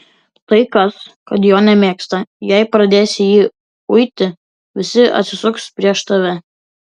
tai kas kad jo nemėgsta jei pradėsi jį uiti visi atsisuks prieš tave